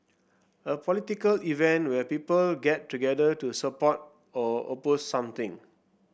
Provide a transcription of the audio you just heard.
a political event where people get together to support or oppose something